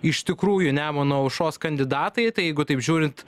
iš tikrųjų nemuno aušros kandidatai tai jeigu taip žiūrint